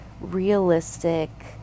realistic